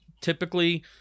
typically